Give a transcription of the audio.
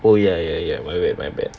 oh ya ya ya wait wait my bad